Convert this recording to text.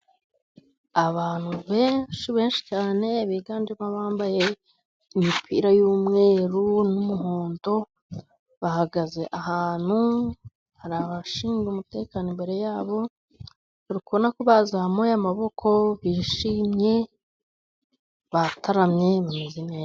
Abantu benshi benshi cyane, biganjemo abambaye imipira y'umweru n'umuhondo. Bahagaze ahantu, hari abashinzwe umutekano imbere yabo, urikubona ko bazamuye amaboko, bishimye, bataramye bimeze neza.